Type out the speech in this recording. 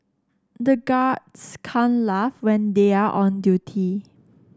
the guards can laugh when they are on duty